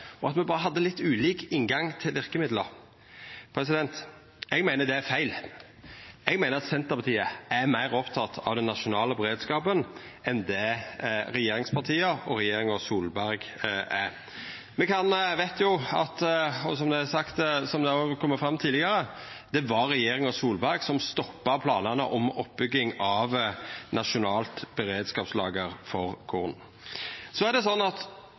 og at me berre hadde litt ulik inngang til verkemiddel. Eg meiner det er feil. Eg meiner Senterpartiet er meir oppteke av den nasjonale beredskapen enn det regjeringspartia og regjeringa Solberg er. Som det òg har kome fram tidlegare, veit me at det var regjeringa Solberg som stoppa planane om oppbygging av nasjonalt beredskapslager for korn. Så er det sånn at